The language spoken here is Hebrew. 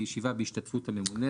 לישיבה בהשתתפות הממונה,